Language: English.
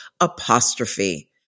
apostrophe